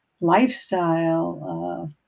lifestyle